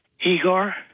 igor